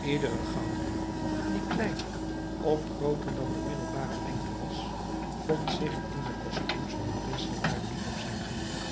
iedere gauwdief die kleiner of grooter dan de middelbare lengte was vond zich in de costumes van den wisselaar niet op zijn gemak